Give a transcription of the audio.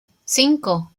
cinco